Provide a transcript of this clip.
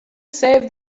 save